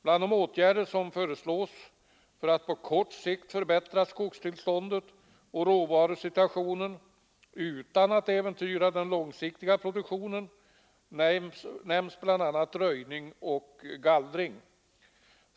Bland de åtgärder som föreslås för att på kort sikt förbättra skogstillståndet och råvarusituationen utan att äventyra den långsiktiga produktionen nämns röjning och gallring.